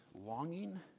longing